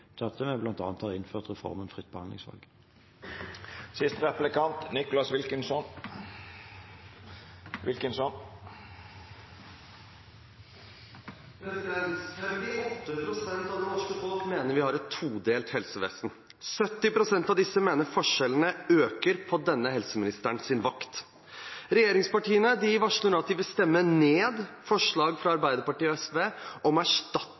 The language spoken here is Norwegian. har innført reformen fritt behandlingsvalg. 58 pst. av det norske folk mener vi har et todelt helsevesen. 70 pst. av disse mener forskjellene øker på denne helseministerens vakt. Regjeringspartiene varsler nå at de vil stemme ned forslag fra Arbeiderpartiet og SV om erstatningsrett hvis du blir lurt til å